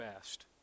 fast